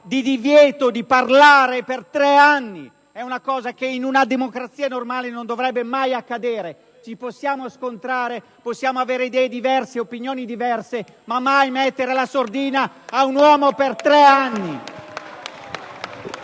di divieto di parlare per tre anni è un fatto che in una democrazia normale non dovrebbe mai accadere! Possiamo scontrarci e avere opinioni diverse, ma mai mettere la sordina ad un uomo per tre anni!